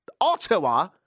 Ottawa